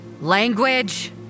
Language